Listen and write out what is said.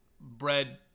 bread